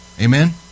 Amen